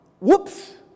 whoops